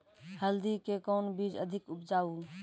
हल्दी के कौन बीज अधिक उपजाऊ?